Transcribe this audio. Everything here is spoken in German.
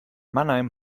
mannheim